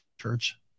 church